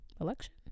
election